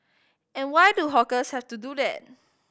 and why do hawkers have to do that